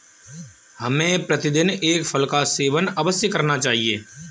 हमें प्रतिदिन एक फल का सेवन अवश्य करना चाहिए